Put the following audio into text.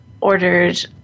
ordered